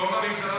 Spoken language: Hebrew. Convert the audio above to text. במקום המגזר,